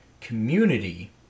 community